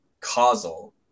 causal